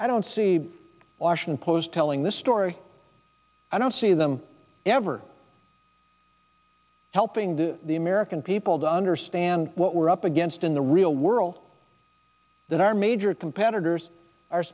i don't see washing clothes telling this story i don't see them ever helping the american people understand what we're up against in the real world that our major competitors are